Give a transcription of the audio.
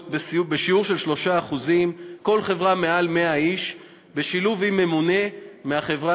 בשיעור של 3% בכל חברה המונה מעל 100 איש בשילוב עם ממונה מהחברה,